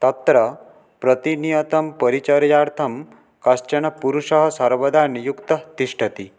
तत्र प्रतिनियतं परिचर्यार्थं कश्चन पुरुषः सर्वदा नियुक्तः तिष्ठति